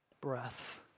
breath